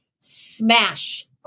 Smash